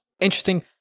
interesting